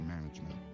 management